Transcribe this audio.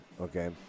okay